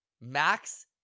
Max